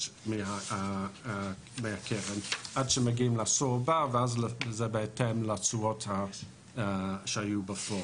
של הקרן עד שמגיעים לעשור הבא ואז זה לפי התשואות שהיו בפועל.